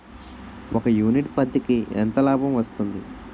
ఒక యూనిట్ పత్తికి ఎంత లాభం వస్తుంది?